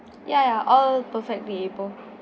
ya ya all perfect be able